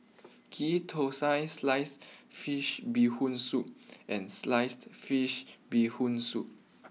Ghee Thosai sliced Fish Bee Hoon Soup and sliced Fish Bee Hoon Soup